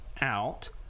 out